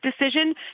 decision